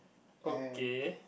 okay